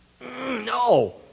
No